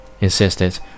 insisted